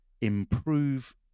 improve